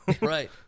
Right